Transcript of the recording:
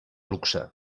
luxe